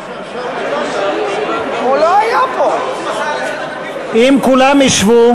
אם כולם ישבו